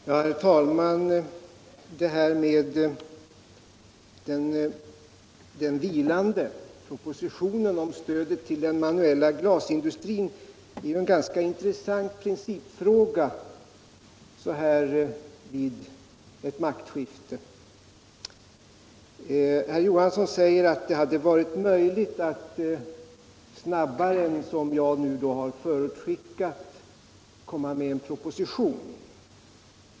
Herr talman! Detta med den vilande propositionen om stödet till den manuella glasindustrin är en ganska intressant principfråga så här vid ett maktskifte. Herr Johansson i Ljungby säger att det hade varit möjligt att snabbare än jag har förutskickat komma med en proposition.